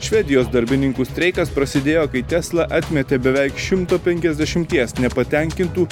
švedijos darbininkų streikas prasidėjo kai tesla atmetė beveik šimto penkiasdešimties nepatenkintų